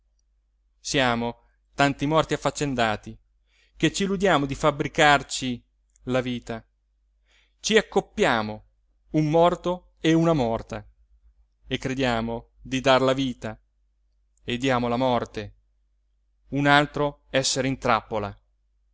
siamo tanti morti affaccendati che c'illudiamo di fabbricarci la vita ci accoppiamo un morto e una morta e crediamo di dar la vita e diamo la morte un altro essere in trappola